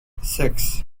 six